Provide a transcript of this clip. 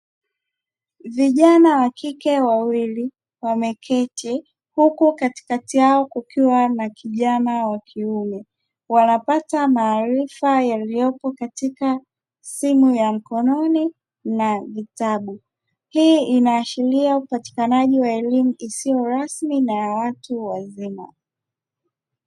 Vijana wakike wawili wameketi huku Katikati yao kukiwa na kijana wa kiume wanapata maarifa yaliyopo katika simu ya mkononi na vitabu. Hii inaashiria upatikanaji wa elimu isiyo rasmi na ya watu wazima.